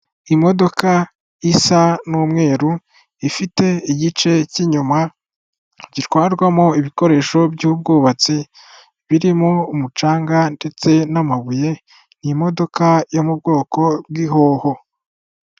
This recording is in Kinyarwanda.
Imodoka isa n'umweru, ifite igice k'inyuma gitwarwamo ibikoresho by'ubwubatsi birimo umucanga ndetse n'amabuye. Ni imodoka yo mu bwoko bw'ihoho.